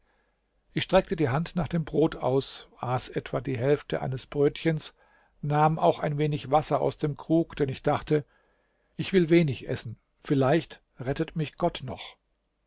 ich streckte die hand nach dem brot aus und aß etwa die hälfte eines brötchens nahm auch ein wenig wasser aus dem krug denn ich dachte ich will wenig essen vielleicht rettet mich gott noch